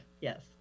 yes